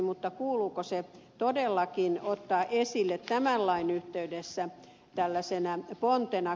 mutta kuuluuko se todellakin ottaa esille tämän lain yhteydessä tällaisena pontena